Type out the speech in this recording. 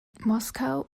moskau